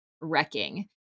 wrecking